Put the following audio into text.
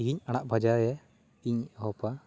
ᱛᱤᱦᱤᱧ ᱟᱲᱟᱜ ᱵᱷᱟᱡᱟᱭᱮ ᱤᱧ ᱮᱦᱚᱯᱼᱟ